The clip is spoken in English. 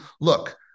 look